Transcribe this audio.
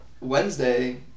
Wednesday